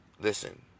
listen